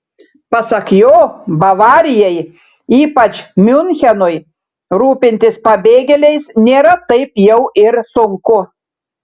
pasak jo bavarijai ypač miunchenui rūpintis pabėgėliais nėra taip jau ir sunku